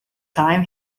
time